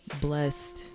blessed